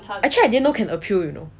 actually I didn't know can appeal